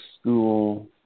school